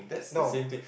no